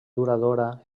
duradora